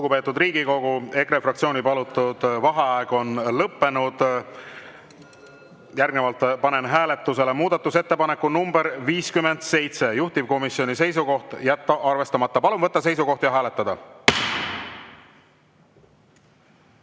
Lugupeetud Riigikogu! EKRE fraktsiooni palutud vaheaeg on lõppenud. Järgnevalt panen hääletusele muudatusettepaneku nr 57. Juhtivkomisjoni seisukoht on jätta arvestamata. Palun võtta seisukoht ja hääletada!